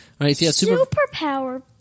Superpower